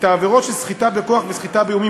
את העבירות של סחיטה בכוח וסחיטה באיומים